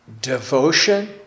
devotion